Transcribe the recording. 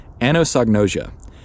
anosognosia